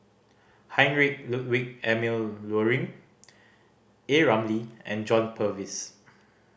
Heinrich Ludwig Emil Luering A Ramli and John Purvis